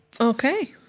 Okay